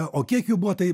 o kiek jų buvo tai